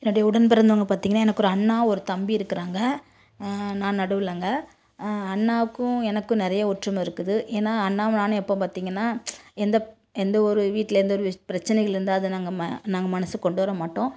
என்னுடைய உடன் பிறந்தவங்க பார்த்திங்கனா எனக்கு ஒரு அண்ணா ஒரு தம்பி இருக்கிறாங்க நான் நடுவிலங்க அண்ணாவுக்கும் எனக்கும் நிறைய ஒற்றுமை இருக்குது ஏனால் அண்ணாவும் நானும் எப்போவும் பார்த்திங்கனா எந்த எந்த ஒரு வீட்டிலேருந்து ஒரு பிரச்சினைகள் இருந்தால் அதை நாங்கள் ம நாங்கள் மனதுக்கு கொண்டு வர மாட்டோம்